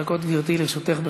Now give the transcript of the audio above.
שלוש דקות, גברתי, לרשותך.